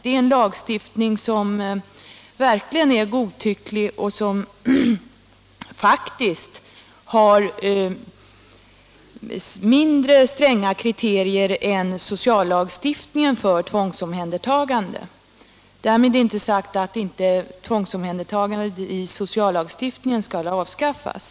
Det är en lagstiftning som verkligen är godtycklig och som faktiskt har mindre stränga kriterier för tvångsomhändertagande än sociallagstiftningen. Därmed inte sagt att inte tvångsomhändertagande enligt sociallagstiftningen skall avskaffas.